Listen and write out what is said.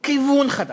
כיוון חדש.